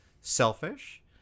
selfish